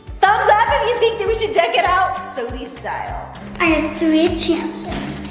thumbs up, if you think that we should deck it out soty style. i have three chances.